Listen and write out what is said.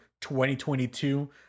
2022